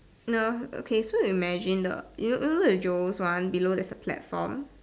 no okay so you imagine the you know you know the Joe's one below there's a platform